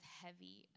heavy